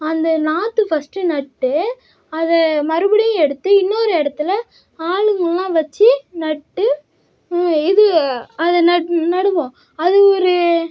அந்த நாற்று ஃபர்ஸ்ட்டு நட்டு அதை மறுப்படியும் எடுத்து இன்னொரு இடத்தில் ஆளுங்களாம் வச்சு நட்டு இது அதை நடுவோம் அதுவொரு